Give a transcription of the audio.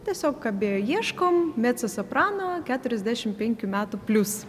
tiesiog kabėjo ieškom mecosoprano keturiasdešim penkių metų plius